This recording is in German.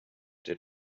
der